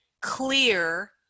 clear